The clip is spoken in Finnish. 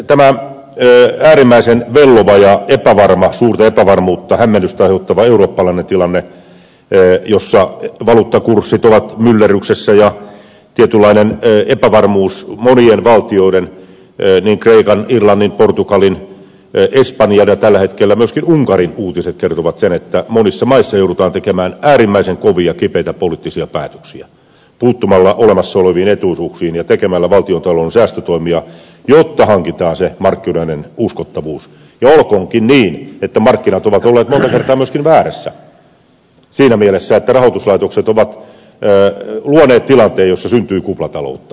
tämä äärimmäisen vellova ja suurta epävarmuutta hämmennystä aiheuttava eurooppalainen tilanne jossa valuuttakurssit ovat myllerryksessä ja monien valtioiden niin kreikan irlannin portugalin kuin espanjan ja tällä hetkellä uutisten mukaan myöskin unkarin tietynlainen epävarmuus saa aikaan sen että monissa maissa joudutaan tekemään äärimmäisen kovia kipeitä poliittisia päätöksiä puuttumalla olemassa oleviin etuisuuksiin ja tekemällä valtiontalouden säästötoimia jotta hankitaan markkinoiden uskottavuus olkoonkin niin että markkinat ovat olleet monta kertaa myöskin väärässä siinä mielessä että rahoituslaitokset ovat luoneet tilanteen jossa syntyy kuplataloutta